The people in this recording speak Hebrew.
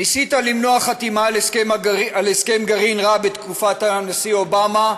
ניסית למנוע חתימה על הסכם גרעין רע בתקופת הנשיא אובמה,